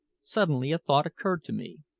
suddenly a thought occurred to me.